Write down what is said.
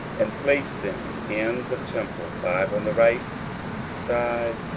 and placed them in the temple, five on the right side,